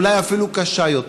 אולי אפילו קשה יותר.